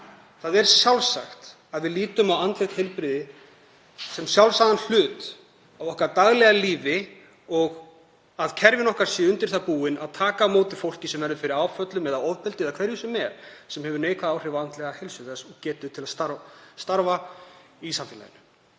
Það er sjálfsagt að við lítum á andlegt heilbrigði sem sjálfsagðan hlut af okkar daglega lífi og að kerfin okkar sé undir það búin að taka á móti fólki sem verður fyrir áföllum eða ofbeldi eða hverju sem er sem hefur neikvæð áhrif á andlega heilsu þess og getu til að starfa í samfélaginu.